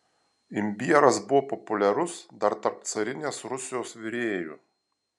imbieras buvo populiarus dar tarp carinės rusijos virėjų